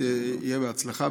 שיהיה בהצלחה,